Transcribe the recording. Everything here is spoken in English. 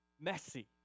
messy